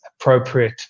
appropriate